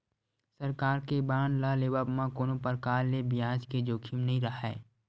सरकार के बांड ल लेवब म कोनो परकार ले बियाज के जोखिम नइ राहय